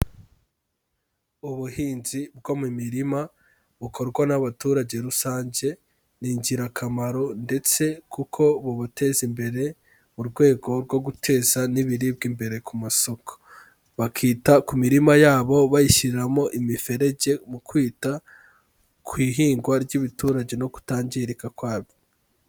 Ubuhinzi bwo mu mirima, bukorwa n'abaturage rusange ni ingirakamaro ndetse kuko bubuteza imbere, mu rwego rwo guteza n'ibiribwa imbere ku masoko. Bakita ku mirima yabo bayishyiramo imiferege, mu kwita ku ihingwa ry'ibiturage no kutangirika kwabyo.